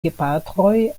gepatroj